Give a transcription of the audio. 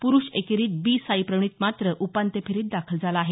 पुरुष एकेरीत बी साईप्रणीत मात्र उपांत्य फेरीत दाखल झाला आहे